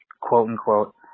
quote-unquote